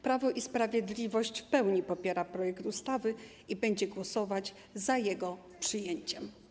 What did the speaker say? Prawo i Sprawiedliwość w pełni popiera omawiany projekt ustawy i będzie głosować za jego przyjęciem.